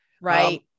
Right